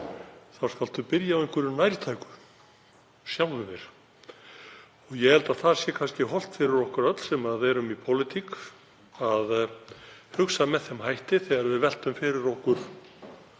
maður byrja á einhverju nærtæku; sjálfum sér. Ég held að það sé kannski hollt fyrir okkur öll sem erum í pólitík að hugsa með þeim hætti þegar við veltum fyrir okkur